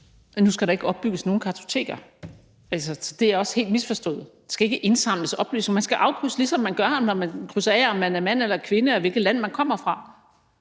Nu skal der ikke opbygges nogen kartoteker, altså – det er også helt misforstået. Der skal ikke indsamles oplysninger. Man skal afkrydse, ligesom man gør, når man skal krydse af, om man er mand eller kvinde og hvilket land, man kommer fra.